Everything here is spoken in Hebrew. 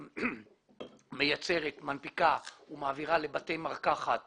שמייצרת, מנפיקה ומעבירה לבתי מרקחת